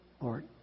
Lord